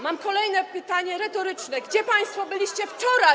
Mam kolejne pytanie retoryczne: Gdzie państwo byliście wczoraj?